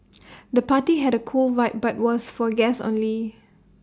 the party had A cool vibe but was for guests only